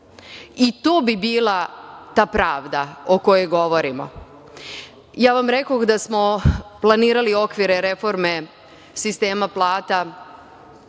I to bi bila ta pravda o kojoj govorimo. Ja vam rekoh da smo planirali okvire reforme sistema plata